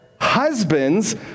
husbands